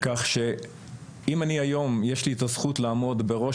כך שאם אני היום יש לי את הזכות לעמוד בראש